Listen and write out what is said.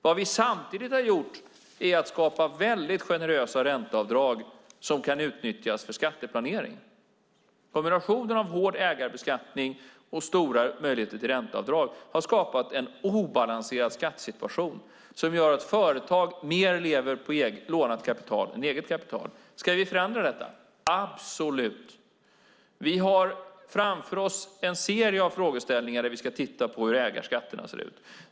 Vad vi samtidigt har gjort är att skapa väldigt generösa ränteavdrag som kan utnyttjas för skatteplanering. Kombinationen av hård ägarbeskattning och stora möjligheter till ränteavdrag har skapat en obalanserad skattesituation, som gör att företag lever mer på lånat kapital än eget kapital. Ska vi förändra detta? Absolut! Vi har framför oss en serie frågeställningar där vi ska titta på hur ägarskatterna ser ut.